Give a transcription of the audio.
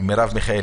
מרב מיכאלי.